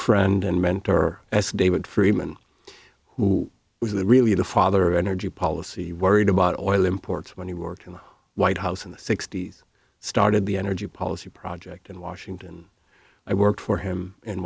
friend and mentor as david freeman who was the really the father of energy policy worried about oil imports when he worked in the white house in the sixty's started the energy policy project in washington i worked for him in